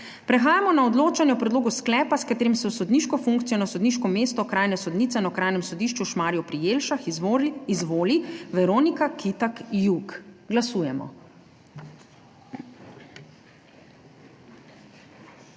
Prehajamo na odločanje o predlogu sklepa, s katerim se v sodniško funkcijo na sodniško mesto okrajne sodnice na Okrajnem sodišču v Žalcu izvoli Nina Jelenčić. Glasujemo.